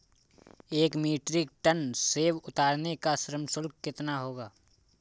एक metric tonne सेव उतारने का श्रम शुल्क कितना होगा?